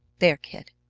there, kid!